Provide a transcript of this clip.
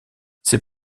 ses